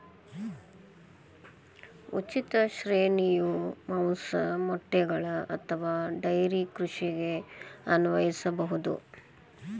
ಉಚಿತ ಶ್ರೇಣಿಯು ಮಾಂಸ, ಮೊಟ್ಟೆಗಳು ಅಥವಾ ಡೈರಿ ಕೃಷಿಗೆ ಅನ್ವಯಿಸಬಹುದು